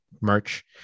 Merch